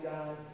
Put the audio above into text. God